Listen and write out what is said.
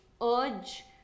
urge